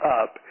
up